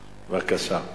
בבקשה.